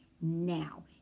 now